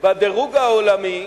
בדירוג העולמי